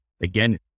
again